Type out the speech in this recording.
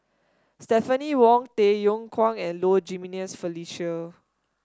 Stephanie Wong Tay Yong Kwang and Low Jimenez Felicia